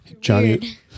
Johnny